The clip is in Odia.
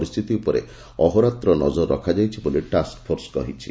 ପରିସ୍ଥିତି ଉପରେ ଅହରାତ୍ର ନଜର ରଖାଯାଇଛି ବୋଲି ଟାସ୍କ ଫୋର୍ସ କହିଛି